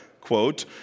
quote